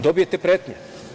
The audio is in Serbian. Dobijete pretnje.